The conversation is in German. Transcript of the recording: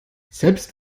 selbst